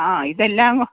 ആ ഇതെല്ലാം